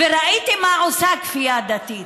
וראיתי מה עושה כפייה דתית.